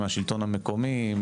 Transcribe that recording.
מהשלטון המקומי,